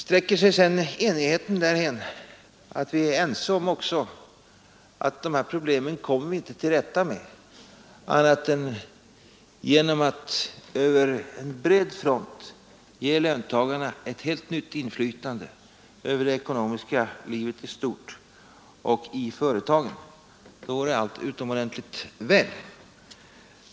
Sträcker sig sedan enigheten därhän att vi är ense om också att vi inte kommer till rätta med dessa problem annat än genom att över en bred front ge löntagarna ett helt nytt inflytande över det ekonomiska livet i stort och i företagen vore allt utomordentligt väl.